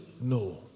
No